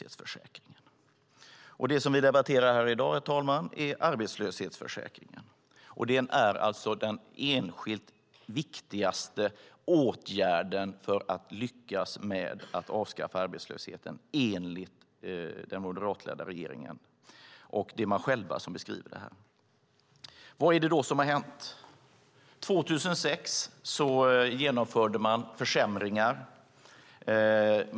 Det som vi debatterar här i dag, herr talman, är arbetslöshetsförsäkringen, och den är alltså den enskilt viktigaste åtgärden för att lyckas med att avskaffa arbetslösheten, enligt den moderatledda regeringen. Det är man själv som beskriver det här. Vad är det då som har hänt?